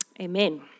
Amen